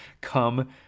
come